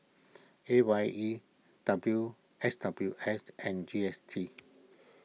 A Y E W S W S and G S T